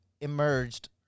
emerged